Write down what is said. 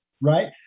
Right